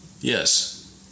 Yes